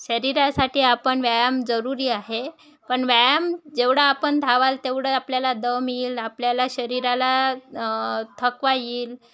शरीरासाठी आपण व्यायाम जरुरी आहे पण व्यायाम जेवढं आपण धावाल तेवढं आपल्याला दम येईल आपल्याला शरीराला थकवा येईल